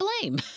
blame